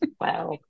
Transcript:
Wow